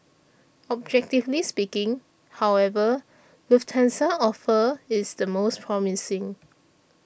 objectively speaking however Lufthansa's offer is the most promising